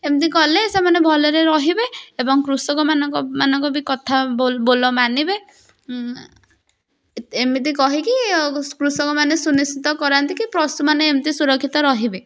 ଏମିତି କଲେ ସେମାନେ ଭଲରେ ରହିବେ ଏବଂ କୃଷକମାନଙ୍କ ମାନଙ୍କ ବି କଥା ବୋଲ୍ ବୋଲ ମାନିବେ ଏମିତି କହିକି କୃଷକମାନେ ସୁନିଶ୍ଚିତ କରାନ୍ତି କି ପଶୁମାନେ ଏମିତି ସୁରକ୍ଷିତ ରହିବେ